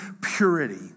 purity